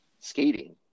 skating